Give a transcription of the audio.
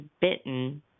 bitten